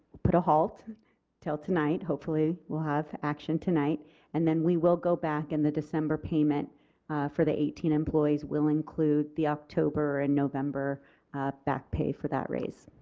put a halt till tonight hopefully we will have action tonight and then we will go back in the december payment for the eighteen employees will include the october and november back pay for that raise.